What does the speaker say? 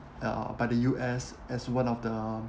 uh but the U_S as one of the